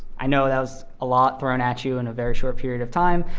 i know that was a lot thrown at you in a very short period of time,